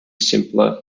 simpler